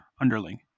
underling